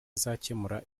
izakemura